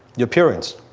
your appearance.